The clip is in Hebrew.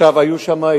עכשיו היו שם,